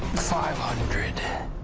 five hundred.